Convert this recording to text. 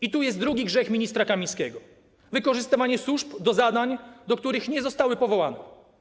I tu jest drugi grzech ministra Kamińskiego - wykorzystywanie służb do zadań, do których nie zostały powołane.